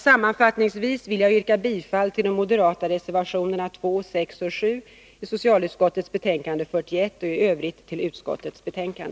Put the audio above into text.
Sammanfattningsvis vill jag yrka bifall till de moderata reservationerna 2, 6 och 7 i socialutskottets betänkande 41 och i övrigt bifall till utskottets hemställan.